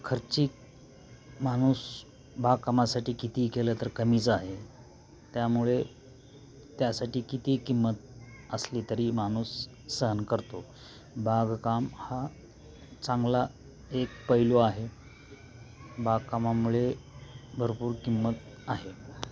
खर्चिक माणूस बागकामासाठी कितीही केलं तर कमीच आहे त्यामुळे त्यासाठी कितीही किंमत असली तरी माणूस सहन करतो बागकाम हा चांगला एक पैलू आहे बागकामामुळे भरपूर किंमत आहे